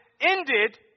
ended